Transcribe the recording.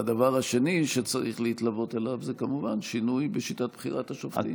והדבר השני שצריך להתלוות אליו זה כמובן שינוי בשיטת בחירת השופטים.